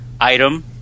item